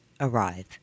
arrive